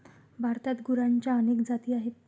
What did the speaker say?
भारतात गुरांच्या अनेक जाती आहेत